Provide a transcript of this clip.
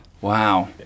wow